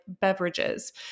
beverages